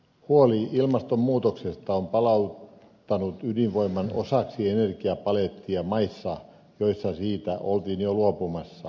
huoli ilmastonmuutoksesta on palauttanut ydinvoiman osaksi energiapalettia maissa joissa siitä oltiin jo luopumassa